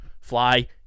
Fly